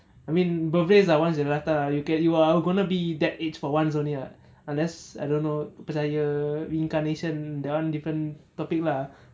I mean birthdays ah once in a lifetime ah you can you are gonna be that age for once only uh unless err I don't know percaya reincarnation that one different topic lah